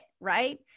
right